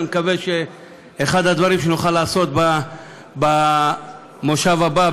אני מקווה שזה אחד הדברים שנוכל לעשות במושב הבא,